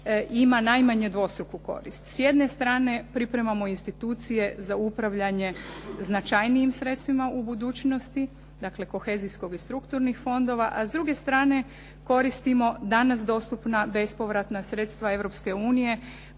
S jedne strane pripremamo institucije za upravljanje značajnijim sredstvima u budućnosti, dakle kohezijskog i strukturnih fondova, a s druge strane koristimo danas dostupna bespovratna sredstva